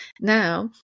Now